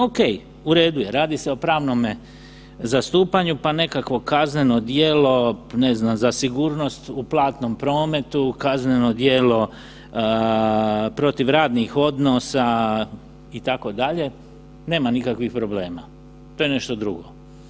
Ok, u redu je, radi se o pravnome zastupanju pa nekakvo kazneno djelo, ne znam, za sigurnost u platnom prometu, kazneno djelo protiv radnih odnosa itd., nema nikakvih problema to je nešto drugo.